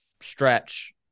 stretch